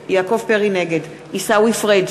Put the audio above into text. נגד עיסאווי פריג'